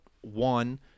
one